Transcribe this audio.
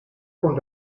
con